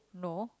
no